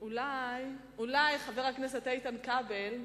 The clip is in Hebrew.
אולי, חבר הכנסת איתן כבל,